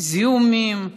זיהומים,